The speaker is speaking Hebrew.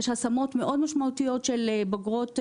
יש השמות מאוד משמעותיות של בוגרות בתעשייה,